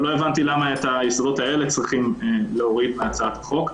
לא הבנתי למה צריך להוריד את היסודות האלה מהצעת החוק.